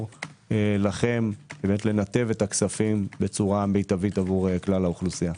לכם לנתב את הכספים בצורה מיטבית לכלל האוכלוסייה.